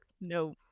no